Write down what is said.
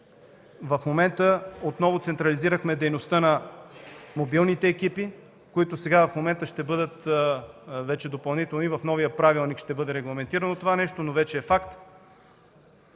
В момента отново централизирахме дейността на мобилните екипи, които сега ще бъдат – допълнително и в новия правилник ще бъде регламентирано това нещо, но вече е факт.